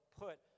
put